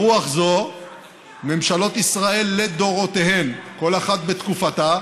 ברוח זו ממשלות ישראל לדורותיהן, כל אחת בתקופתה,